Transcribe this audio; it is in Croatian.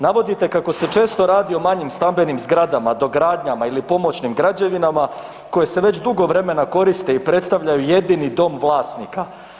Navodite kako se često radi o manjim stambenim zgradama, dogradnjama ili pomoćnim građevinama koje se već dugo vremena i predstavljaju jedini dom vlasnika.